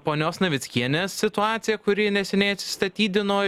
ponios navickienės situaciją kuri neseniai atsistatydino